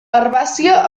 herbàcia